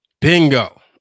Bingo